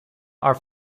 are